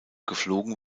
geflogen